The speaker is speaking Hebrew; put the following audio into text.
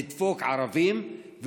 לדפוק ערבים,